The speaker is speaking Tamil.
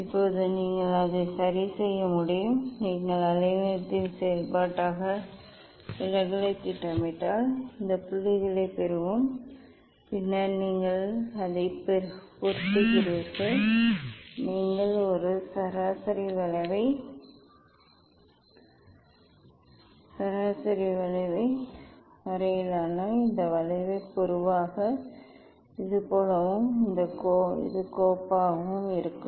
இப்போது நீங்கள் அதை சரி செய்ய முடியும் நீங்கள் அலைநீளத்தின் செயல்பாடாக விலகலைத் திட்டமிட்டால் இந்த புள்ளிகளைப் பெறுவோம் பின்னர் நீங்கள் அதைப் பொருத்துகிறீர்கள் நீங்கள் ஒரு சராசரி வளைவை வரையினால் இந்த வளைவு பொதுவாக இது போலவும் இந்த கோப்பாகவும் இருக்கும்